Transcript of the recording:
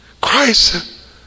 Christ